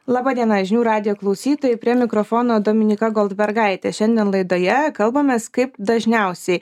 laba diena žinių radijo klausytojai prie mikrofono dominyka goldbergaitė šiandien laidoje kalbamės kaip dažniausiai